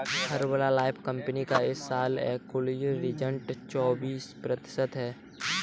Herbalife company का इस साल एब्सोल्यूट रिटर्न चौबीस प्रतिशत है